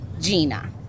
Gina